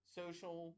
social